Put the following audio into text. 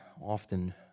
often